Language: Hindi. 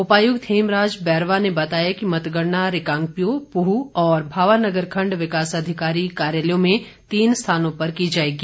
उपायुक्त हेमराज बैरवा ने बताया कि मतगणना रिकांगपिओ पुह और भावानगर खंड विकास अधिकारी कार्यालयों में तीन स्थानों पर की जाएगी